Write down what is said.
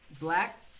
black